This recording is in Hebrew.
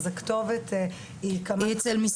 אז הכתובת היא אצל קמ"ט חקלאות.